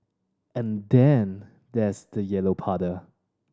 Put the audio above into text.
and then there's the yellow puddle